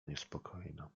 niespokojna